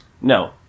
No